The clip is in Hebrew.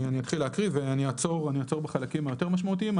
אני אתחיל להקריא ואני אעצור בחלקים היותר משמעותיים.